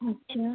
अच्छा